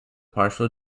partial